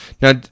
Now